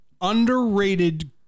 underrated